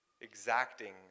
exacting